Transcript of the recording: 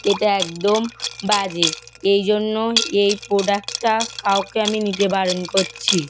এটা একদম বাজে এই জন্যই এই প্রোডাক্টটা কাউকে আমি নিতে বারণ করছি